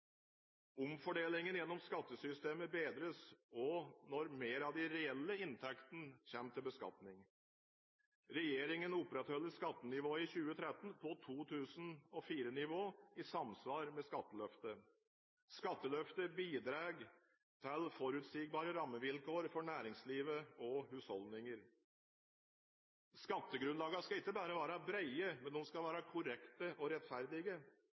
Omfordelingen gjennom skattesystemet bedres også når mer av de reelle inntektene kommer til beskatning. Regjeringen opprettholder skattenivået i 2013 på 2004-nivå i samsvar med skatteløftet. Skatteløftet bidrar til forutsigbare rammevilkår for næringslivet og husholdninger. Skattegrunnlagene skal ikke bare være brede – de skal også være korrekte og rettferdige.